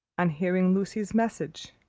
on hearing lucy's message!